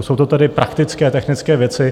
Jsou to tedy praktické technické věci.